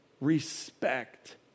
respect